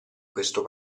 questo